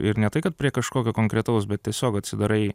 ir ne tai kad prie kažkokio konkretaus bet tiesiog atsidarai